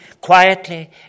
quietly